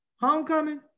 homecoming